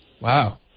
Wow